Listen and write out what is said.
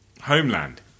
Homeland